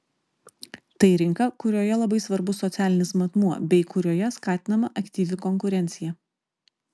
tai rinka kurioje labai svarbus socialinis matmuo bei kurioje skatinama aktyvi konkurencija